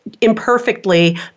imperfectly